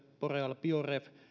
boreal bioref